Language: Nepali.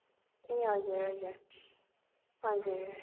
ए हजुर हजुर हजुर